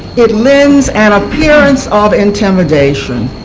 it lends an appearance of intimidation.